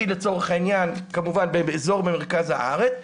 כמובן באזור מרכז הארץ,